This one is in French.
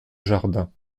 jardin